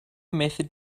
method